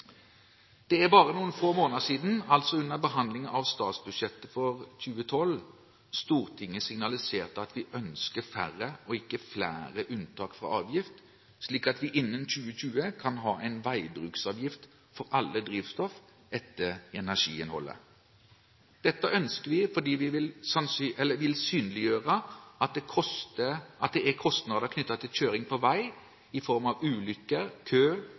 Det er bare noen få måneder siden, altså under behandlingen av statsbudsjettet for 2012, Stortinget signaliserte at vi ønsker færre og ikke flere unntak fra avgift, slik at vi innen 2020 kan ha en veibruksavgift for alle drivstoff etter energiinnholdet. Dette ønsker vi fordi vi vil synliggjøre at det er kostnader knyttet til kjøring på vei – i form av ulykker, kø,